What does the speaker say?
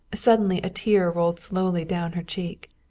suddenly a tear rolled slowly down her cheek.